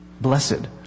blessed